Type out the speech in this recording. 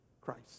Christ